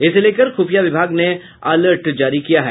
इसे लेकर खुफिया विभाग ने अलर्ट जारी किया है